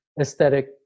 aesthetic